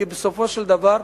כי בסופו של דבר,